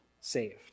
saved